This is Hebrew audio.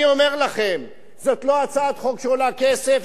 אני אומר לכם: זאת לא הצעת חוק שעולה כסף,